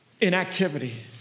inactivity